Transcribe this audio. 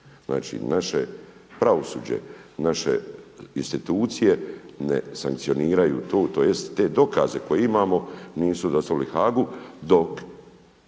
Znači naše pravosuđe, naše institucije ne sankcioniraju to, tj. te dokaze koje imamo nisu dostavili Haagu dok